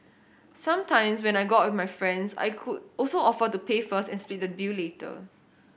sometimes when I go out with my friends I could also offer to pay first and split the bill later